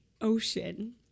ocean